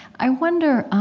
i wonder,